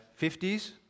50s